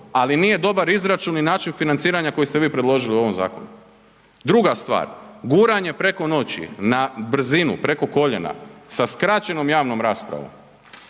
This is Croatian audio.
ali nije dobar izračun i način financiranja koji ste vi predložili u ovom zakonu. Druga stvar, guranje preko noći na brzinu, preko koljenja, sa skraćenom javnom raspravom,